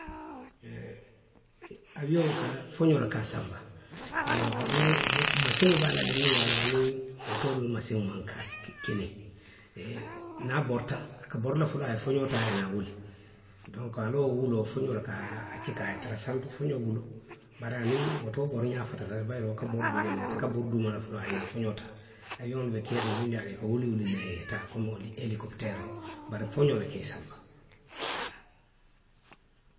awiyoŋo ka, foňoo le ka a sanba, iyoo bari duŋ masiŋo be a la le miŋ ye a loŋ ko aniŋ otoo la masiŋo maŋ ka, ke, kiliŋ. niŋ a borita, a ka bori foloo niŋ a ye foňoo taa a ye naa wuli. Donku a la wo wuloo foňoo le ka a, a cika a ye tara santo foňoo bulu. bari aniŋ otoo boriňaa fatata le bayiri wo ka bori duuma le. ate ka bori duuma le foloo a ye naa foňoo taa. Awiyoŋolu be keeriŋ ne minnu ye a loŋ i ka wuli wulinna ye taa komi elikopiteeroo. bari foňoo le ka i sanba., haa ŋ. ň